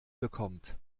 bekommt